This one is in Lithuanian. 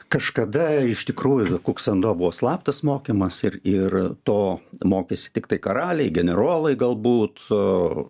kažkada iš tikrųjų ir kuksando buvo slaptas mokymas ir ir to mokėsi tiktai karaliai generolai galbūt